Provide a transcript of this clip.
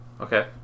Okay